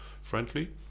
friendly